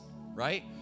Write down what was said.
right